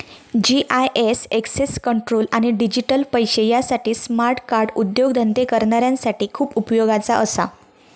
GIS access control आणि digital पैशे यासाठी स्मार्ट कार्ड उद्योगधंदे करणाऱ्यांसाठी खूप उपयोगाचा असा